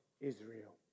Israel